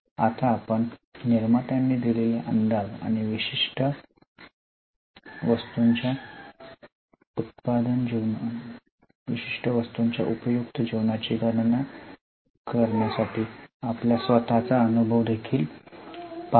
आता आपण निर्मात्यांनी दिलेला अंदाज आणि विशिष्ट वस्तूच्या उपयुक्त जीवनाची गणना करण्यासाठी आपला स्वतःचा अनुभव देखील पाहतो